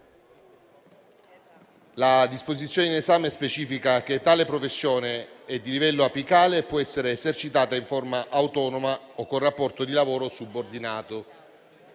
La disposizione in esame specifica che tale professione è di livello apicale e può essere esercitata in forma autonoma o con rapporto di lavoro subordinato.